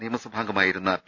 നിയമസഭാംഗമായിരുന്ന P